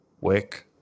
Wick